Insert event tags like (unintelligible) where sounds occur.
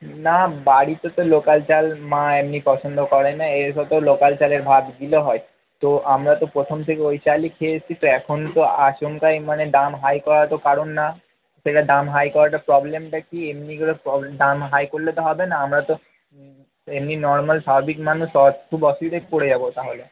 না বাড়িতে তো লোকাল চাল মা এমনি পছন্দ করে না এর ভেতর লোকাল চালের ভাত গিলো হয় তো আমরা তো প্রথম থেকে ওই চালই খেয়ে এসেছি তো এখন তো আচমকাই মানে দাম হাই করা তো কারণ না সেটা দাম হাই করাটা প্রবলেমটা কি এমনি করে দাম হাই করলে তো হবে না আমরা তো এমনি নরমাল স্বাভাবিক মানুষ (unintelligible) খুব অসুবিধায় পড়ে যাবো তাহলে